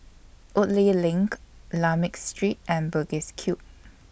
Woodleigh LINK Lakme Street and Bugis Cube